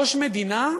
ראש מדינה,